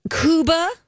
cuba